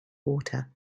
water